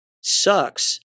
Sucks